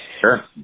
Sure